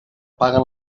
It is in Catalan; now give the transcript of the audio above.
paguen